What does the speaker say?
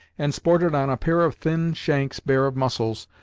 and supported on a pair of thin shanks bare of muscles,